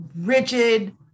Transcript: rigid